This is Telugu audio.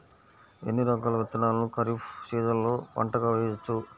ఎన్ని రకాల విత్తనాలను ఖరీఫ్ సీజన్లో పంటగా వేయచ్చు?